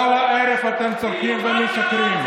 כל הערב אתם צורחים ומשקרים.